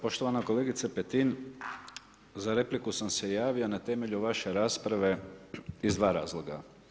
Poštovana kolegice Petin, za repliku sam se javio na temelju vaše rasprave iz dva razloga.